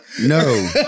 No